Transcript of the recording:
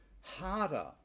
harder